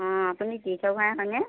অঁ আপুনি তীৰ্থ ভূঞা হয়নে